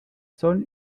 sol